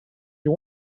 you